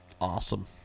Awesome